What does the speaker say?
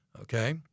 Okay